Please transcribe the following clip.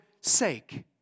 sake